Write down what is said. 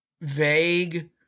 vague